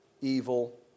evil